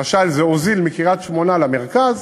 למשל, זה הוזיל את הנסיעה מקריית-שמונה למרכז